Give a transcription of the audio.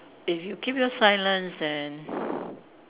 if you keep your silence then